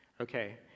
Okay